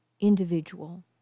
individual